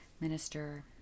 Minister